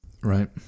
Right